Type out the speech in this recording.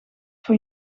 voor